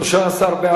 סעיפים 1 11 נתקבלו.